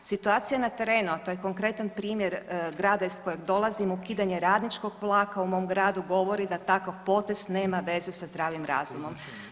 Situacija na terenu, a to je konkretan primjer grada iz kojeg dolazim, ukidanje radničkog vlaka u mom gradu govori da takav potez nema veze sa zdravim razumom.